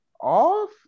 off